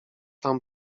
tam